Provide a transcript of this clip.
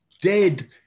dead